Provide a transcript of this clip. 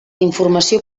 informació